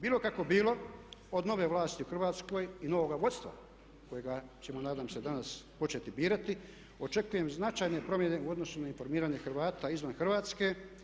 Bilo kako bilo, od nove vlasti u Hrvatskoj i novoga vodstva kojega ćemo nadam se danas početi birati očekujem značajne promjene u odnosu na informiranje Hrvata izvan Hrvatske.